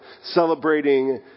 celebrating